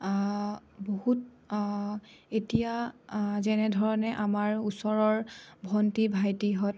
বহুত এতিয়া যেনেধৰণে আমাৰ ওচৰৰ ভণ্টি ভাইটিহঁত